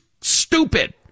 stupid